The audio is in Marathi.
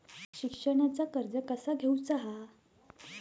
शिक्षणाचा कर्ज कसा घेऊचा हा?